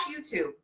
YouTube